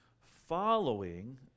following